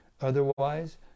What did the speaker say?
Otherwise